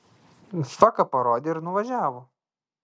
faką parodė ir nuvažiavo